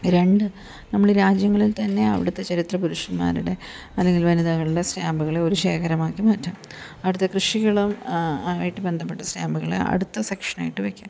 രണ്ട് നമ്മൾ രാജ്യങ്ങളിൽ തന്നെ അവിടുത്തെ ചരിത്ര പുരുഷന്മാരുടെ അല്ലെങ്കിൽ വനിതകളുടെ സ്റ്റാമ്പ്കൾ ഒരു ശേഖരമാക്കി മാറ്റാം അവിടുത്തെ കൃഷികളും ആയിട്ട് ബന്ധപ്പെട്ട സ്റ്റാമ്പുകളെ അടുത്ത സെക്ഷനായിട്ട് വയ്ക്കാം